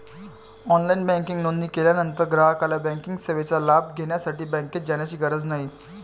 online banking नोंदणी केल्यानंतर ग्राहकाला बँकिंग सेवेचा लाभ घेण्यासाठी बँकेत जाण्याची गरज नाही